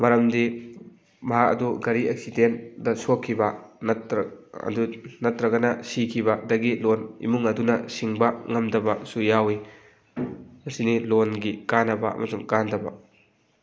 ꯃꯔꯝꯗꯤ ꯃꯍꯥꯛ ꯑꯗꯨ ꯒꯥꯔꯤ ꯑꯦꯛꯁꯤꯗꯦꯟꯗ ꯁꯣꯛꯈꯤꯕ ꯑꯗꯨ ꯅꯠꯇ꯭ꯔꯒꯅ ꯁꯤꯈꯤꯕꯗꯒꯤ ꯂꯣꯟ ꯏꯃꯨꯡ ꯑꯗꯨꯅ ꯁꯤꯡꯕ ꯉꯝꯗꯕꯁꯨ ꯌꯥꯎꯏ ꯑꯁꯤꯅꯤ ꯂꯣꯟꯒꯤ ꯀꯥꯟꯅꯕ ꯑꯃꯁꯨꯡ ꯀꯥꯟꯅꯗꯕ